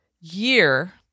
year